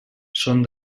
són